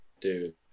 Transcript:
Dude